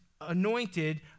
anointed